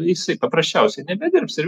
jisai paprasčiausiai nebedirbs ir